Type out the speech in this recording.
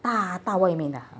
大大外面的